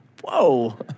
Whoa